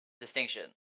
distinction